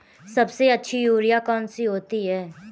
सबसे अच्छी यूरिया कौन सी होती है?